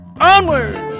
Onward